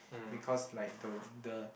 because like though the